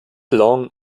long